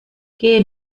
geh